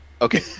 Okay